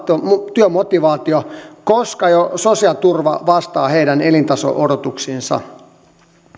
työmotivaatio koska jo sosiaaliturva vastaa heidän elintaso odotuksiinsa